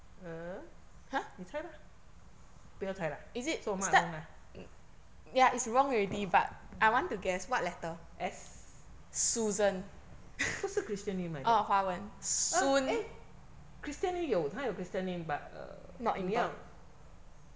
(uh huh) 你猜啦不要猜了啊 so 我 mark wrong ah wrong ah s 不是 christian name 来的 oh eh christian name 有她有 christian name but err 你要